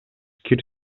кир